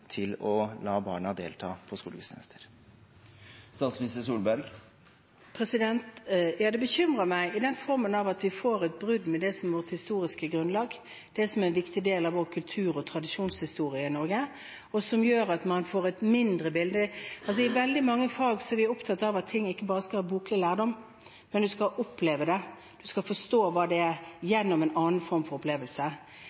til å la barna delta på skolegudstjenester? Ja, det bekymrer meg i den forstand at vi får et brudd med det som har vært vårt historiske grunnlag – det som er en viktig del av vår kulturhistorie og tradisjon i Norge – som gjør at man får et mindre bilde. I veldig mange fag er vi opptatt av at det ikke bare skal være boklig lærdom, du skal oppleve det, du skal forstå det gjennom en eller annen form for opplevelse. På en måte er